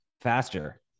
faster